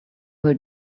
will